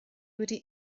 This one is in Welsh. wedi